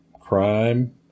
crime